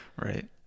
Right